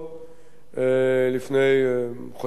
לפני חודשים אחדים,